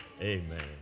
amen